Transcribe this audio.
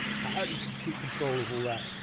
how do you keep control of all that?